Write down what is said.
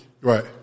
Right